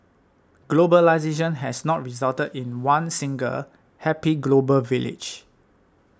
globalisation has not resulted in one single happy global village